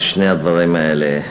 על שני הדברים האלה,